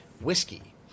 whiskey